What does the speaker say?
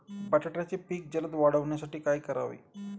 बटाट्याचे पीक जलद वाढवण्यासाठी काय करावे?